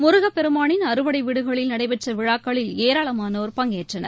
முருகப்பெருமானின் அறுபடைவீடுகளில் நடைபெற்றவிழாக்களில் ஏராளமானோர் பங்கேற்றனர்